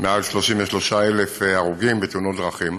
מעל 33,000 הרוגים בתאונות דרכים.